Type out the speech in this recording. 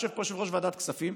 ויושב פה יושב-ראש ועדת הכספים,